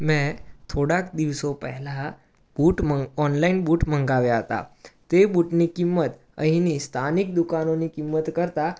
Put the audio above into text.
મેં થોડાક દિવસો પહેલાં બૂટ ઓનલાઈન બૂટ મંગાવ્યા હતા તે બૂટની કિંમત અહીંની સ્થાનિક દુકાનોની કિંમત કરતાં